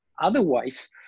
Otherwise